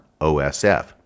OSF